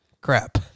crap